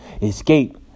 escape